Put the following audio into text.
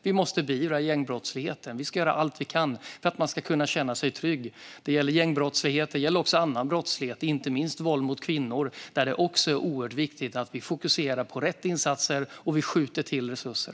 Vi måste beivra gängbrottsligheten, och vi ska göra allt vi kan för att man ska kunna känna sig trygg. Det gäller gängbrottslighet. Det gäller också annan brottslighet, inte minst våld mot kvinnor, där det också är oerhört viktigt att vi fokuserar på rätt insatser och att vi skjuter till resurser.